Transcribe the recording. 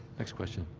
next question.